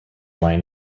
line